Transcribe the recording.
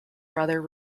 brother